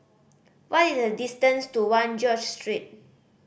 what is the distance to One George Street